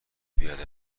بیادبی